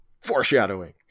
Foreshadowing